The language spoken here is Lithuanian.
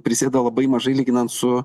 prisėda labai mažai lyginant su